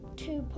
two